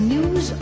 News